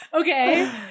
okay